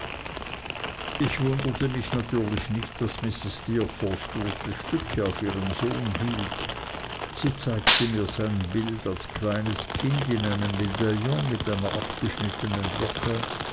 ich wunderte mich natürlich nicht daß mrs steerforth große stücke auf ihren sohn hielt sie zeigte mir sein bild als kleines kind in einem medaillon mit einer abgeschnittenen locke